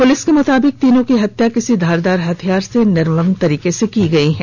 police के मुताबिक तीनों की हत्या किसी धारदार हथियार से निर्मम तरीके से की गयी है